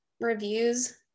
reviews